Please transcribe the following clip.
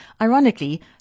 ironically